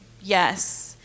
Yes